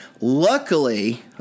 luckily